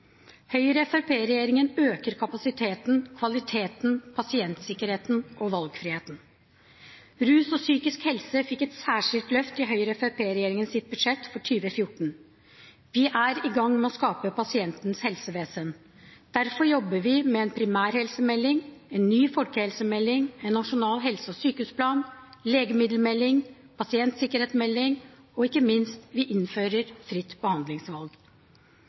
øker kapasiteten, kvaliteten, pasientsikkerheten og valgfriheten. Rus og psykisk helse fikk et særskilt løft i Høyre-Fremskrittsparti-regjeringens budsjett for 2014. Vi er i gang med å skape pasientens helsevesen. Derfor jobber vi med en primærhelsemelding, en ny folkehelsemelding, en nasjonal helse- og sykehusplan, legemiddelmelding, pasientsikkerhetsmelding, og ikke minst innfører vi fritt behandlingsvalg. Arbeiderpartiet har skrevet leserinnlegg i en rekke aviser om fritt behandlingsvalg.